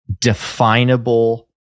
definable